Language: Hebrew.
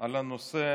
על הנושא,